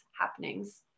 happenings